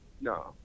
no